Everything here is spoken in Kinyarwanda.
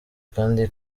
kandi